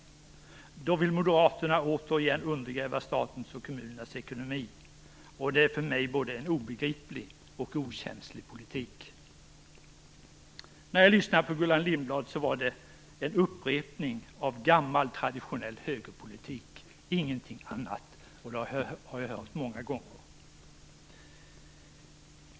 Då vill Moderaterna återigen undergräva statens och kommunernas ekonomi. Det är för mig en både obegriplig och okänslig politik. När jag lyssnade på Gullan Lindblad tyckte jag att det var en upprepning av gammal traditionell högerpolitik - ingenting annat - och det har jag hört många gånger.